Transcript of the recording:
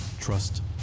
Trust